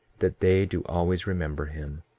that they do always remember him,